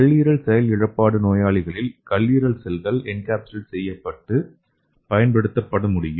கல்லீரல் செயல் இழப்பு நோயாளிகளில் கல்லீரல் செல்கள் என்கேப்சுலேட் செய்யப்பட்டு பயன்படுத்தப்பட முடியும்